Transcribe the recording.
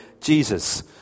Jesus